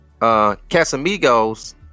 Casamigos